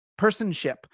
personship